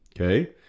okay